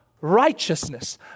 righteousness